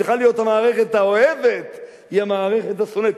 שצריכה להיות המערכת האוהבת, היא המערכת השונאת.